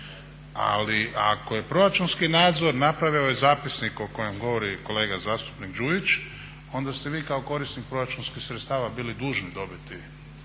Ali ako je proračunski nadzor napravio ovaj zapisnik o kojem govori kolega zastupnik Đujić onda ste vi kao korisnik proračunskih sredstava bili dužni dobiti